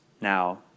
Now